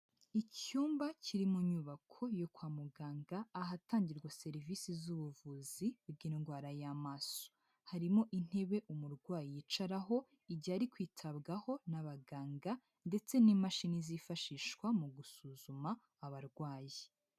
Icyumba kiri mu nyubako yo kwa muganga ahatangirwa serivisi z'ubuvuzi bw'indwara y'amaso, harimo intebe umurwayi yicaraho igihe ari kwitabwaho n'abaganga ndetse n'imashini zifashishwa mu gusuzuma abarwayi.